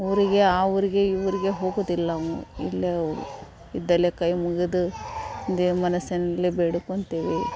ಊರಿಗೆ ಆ ಊರಿಗೆ ಈ ಊರಿಗೆ ಹೋಗುದಿಲ್ಲ ಇಲ್ಲೆ ಇದ್ದಲ್ಲೇ ಕೈ ಮುಗಿದು ದೇವ್ರ ಮನಸ್ಸಿನಲ್ಲಿ ಬೇಡ್ಕೊತಿವಿ